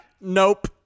Nope